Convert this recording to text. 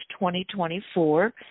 2024